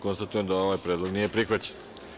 Konstatujem da ovaj predlog nije prihvaćen.